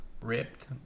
ripped